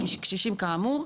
וקשישים, כאמור,